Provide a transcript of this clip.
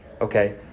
okay